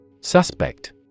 Suspect